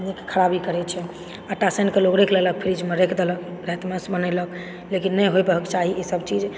खराबी करै छै आटा सानिके लोक राखि लेलक फ्रीजमे राखि देलक रातिमे ओकरा से बनेलक लेकिन नहि होएके चाही ईसब चीज